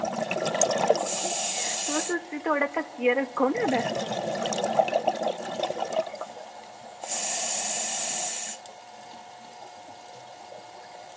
तुस उसी थोह्ड़ा कस्सियै रक्खो थोह्ड़ा